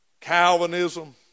Calvinism